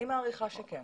אני מעריכה שכן.